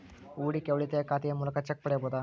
ಹೂಡಿಕೆಯ ಉಳಿತಾಯ ಖಾತೆಯ ಮೂಲಕ ಚೆಕ್ ಪಡೆಯಬಹುದಾ?